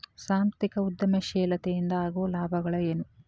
ಸಾಂಸ್ಥಿಕ ಉದ್ಯಮಶೇಲತೆ ಇಂದ ಆಗೋ ಲಾಭಗಳ ಏನು